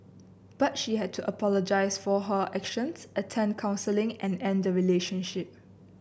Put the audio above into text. but she had to apologise for her actions attend counselling and end the relationship